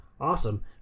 awesome